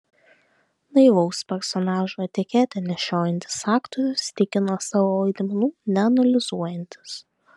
naivaus personažo etiketę nešiojantis aktorius tikino savo vaidmenų neanalizuojantis